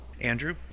Andrew